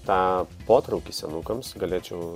tą potraukį senukams galėčiau